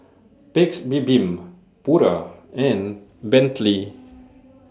Paik's Bibim Pura and Bentley